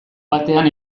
batean